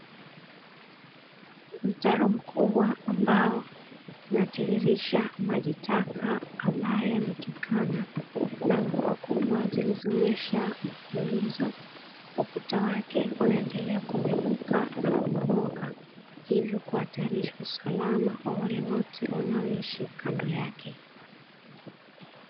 Mtaro mkubwa ambao unatiririsha maji taka ambayo yametokana na mvua kubwa zilizo nyesha mfululizo, ukuta wake unaendelea kumeguka na kubomoka hivyo kuhatarisha usalama wa wale wote wanaoishi kando yake.